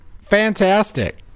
fantastic